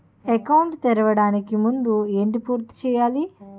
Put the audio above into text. Account తెరవడానికి ముందు ఏంటి పూర్తి చేయాలి?